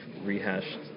rehashed